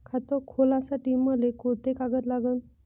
खात खोलासाठी मले कोंते कागद लागन?